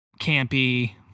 campy